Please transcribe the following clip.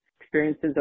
experiences